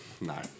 no